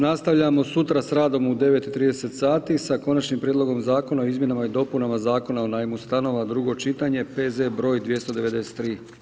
Nastavljamo sutra s radom u 9 i 30 sati sa Konačnim prijedlogom zakona o izmjenama i dopunama Zakona o najmu stanova, drugo čitanje, P.Z. br. 293.